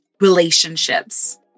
relationships